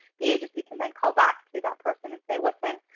the agency can then call back to that person and say listen,